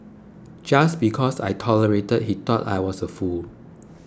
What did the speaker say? just because I tolerated he thought I was a fool